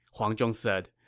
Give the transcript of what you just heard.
huang zhong said.